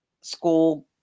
School